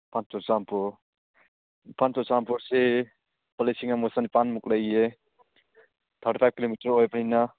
ꯏꯝꯐꯥꯜ ꯆꯨꯔꯥꯆꯥꯟꯄꯨꯔ ꯏꯝꯐꯥꯜ ꯆꯨꯔꯥꯆꯥꯟꯄꯨꯔꯁꯤ ꯂꯨꯄꯥ ꯂꯤꯁꯤꯡ ꯑꯃꯒ ꯆꯥꯅꯤꯄꯥꯜ ꯃꯨꯛ ꯂꯩꯌꯦ ꯊꯥꯔꯇꯤ ꯐꯥꯏꯕ ꯀꯤꯂꯣꯃꯤꯇꯔ ꯑꯣꯏꯕꯅꯤꯅ